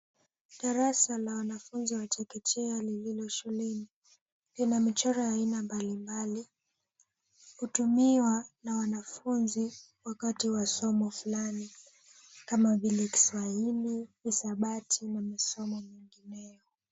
Darasa la wanafunzi wa chekechea lililo shuleni lina michoro ya aina mbali mbali, hutumiwa na wanafunzi wakati wa somo fulani kama vile kiswahili, hisabati na masomo mengine.